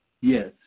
Yes